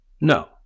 No